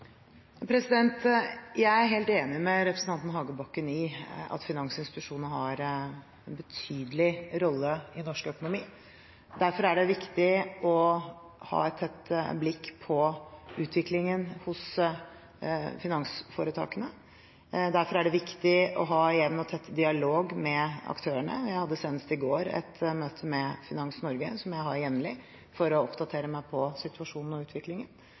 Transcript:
Jeg er helt enig med representanten Hagebakken i at finansinstitusjonene har en betydelig rolle i norsk økonomi. Derfor er det viktig å ha et tett blikk på utviklingen hos finansforetakene, og derfor er det viktig å ha jevn og tett dialog med aktørene. Jeg hadde senest i går et møte med Finans Norge – som jeg har jevnlig – for å oppdatere meg på situasjonen og utviklingen.